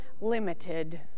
limited